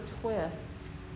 twists